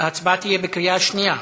ההצבעה תהיה בקריאה שנייה.